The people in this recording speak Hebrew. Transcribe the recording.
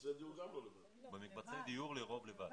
במקבצי הדיור הם לרוב לבד.